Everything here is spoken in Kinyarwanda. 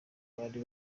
bari